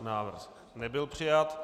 Návrh nebyl přijat.